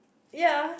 ya